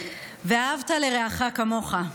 "ואהבת לרעך כמוך"